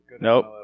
Nope